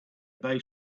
both